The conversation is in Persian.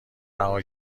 رها